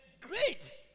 great